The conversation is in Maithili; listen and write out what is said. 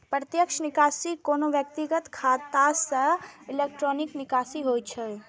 प्रत्यक्ष निकासी कोनो व्यक्तिक खाता सं इलेक्ट्रॉनिक निकासी होइ छै